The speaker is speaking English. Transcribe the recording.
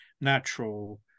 natural